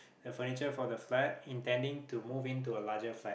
the furniture for the flat intending to move in to a larger flat